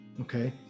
Okay